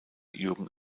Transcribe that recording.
jürgen